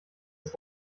ist